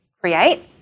create